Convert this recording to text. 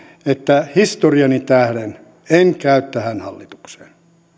että historiani tähden en käy tähän hallitukseen